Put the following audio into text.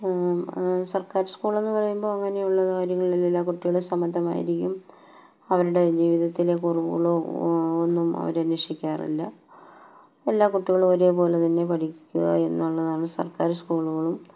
സർക്കാര് സ്കൂളെന്ന് പറയുമ്പോള് അങ്ങനെയുള്ള കാര്യങ്ങളൊന്നുമില്ല കുട്ടികള് സമമായിരിക്കും അവരുടെ ജീവിതത്തിലെ കുറവുകളോ ഒന്നും അവര് അന്വേഷിക്കാറില്ല എല്ലാ കുട്ടികളും ഒരേപോലെ തന്നെ പഠിക്കുകയെന്നുള്ളതാണ് സർക്കാർ സ്കൂളുകളും